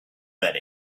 that